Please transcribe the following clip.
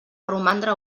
romandre